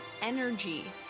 energy